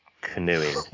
canoeing